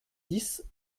dix